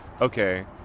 okay